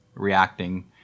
reacting